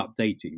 updating